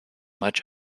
much